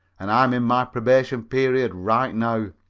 and i am in my probation period right now.